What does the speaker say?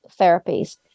therapies